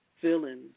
feelings